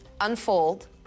unfold